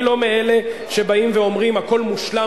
אני לא מאלה שבאים ואומרים: הכול מושלם